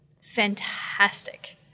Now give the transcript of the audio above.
fantastic